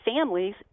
families